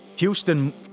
Houston